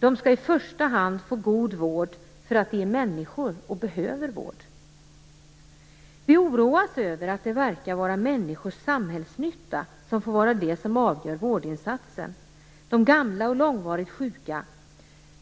De skall i första hand få god vård därför att de är människor och behöver vård. Vi oroas över att det verkar vara människors samhällsnytta som får vara det som är avgörande för vårdinsatsen. De gamla och långvarigt sjuka